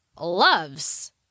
loves